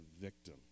victim